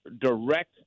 direct